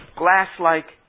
glass-like